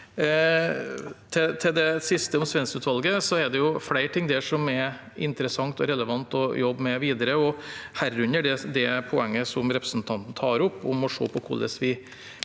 Til det siste, om Svendsen-utvalget, er det flere ting der som er interessante og relevante å jobbe med videre, herunder det poenget som representanten tar opp, om å se på hvordan vi